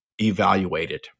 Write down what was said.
evaluated